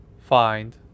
find